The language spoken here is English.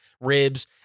ribs